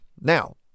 Now